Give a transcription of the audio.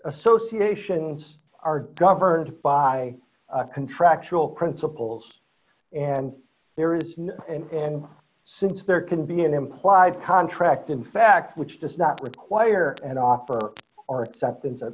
associations are governed by contractual principals and there is no and since there can be an implied contract in fact which does not require an offer or a